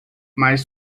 mas